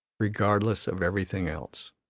regardless of everything else.